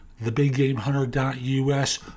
thebiggamehunter.us